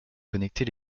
connecter